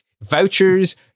Vouchers